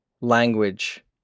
language